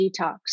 Detox